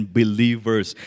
believers